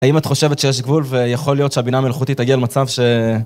האם את חושבת שיש גבול, ויכול להיות שהבינה המלאכותית תגיע למצב ש...